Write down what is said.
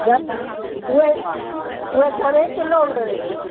त उहे उहे घणे किलो आहिनि